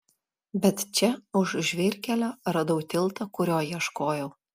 bet čia už žvyrkelio radau tiltą kurio ieškojau